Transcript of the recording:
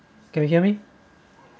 can you hear me